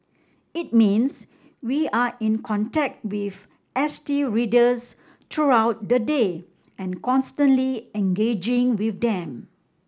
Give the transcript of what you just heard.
it means we are in contact with S T readers throughout the day and constantly engaging with them